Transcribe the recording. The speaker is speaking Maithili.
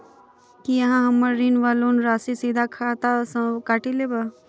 की अहाँ हम्मर ऋण वा लोन राशि सीधा खाता सँ काटि लेबऽ?